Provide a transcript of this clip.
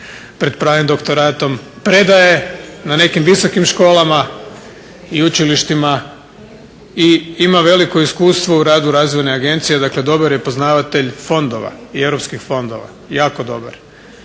pred pravim doktoratom, predaje na nekim visokim školama i učilištima i ima veliko iskustvo u radu Razvojne agencije dakle dobar je poznavatelj EU fondova, jako dobar.